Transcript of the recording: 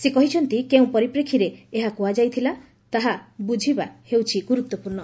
ସେ କହିଛନ୍ତି କେଉଁ ପରିପ୍ରେକ୍ଷୀରେ ଏହା କୁହାଯାଇଥିଲା ତାହା ବୁଝିବା ହେଉଛି ଗୁରୁତ୍ୱପୂର୍ଣ୍ଣ